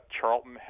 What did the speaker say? Charlton